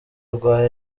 rwa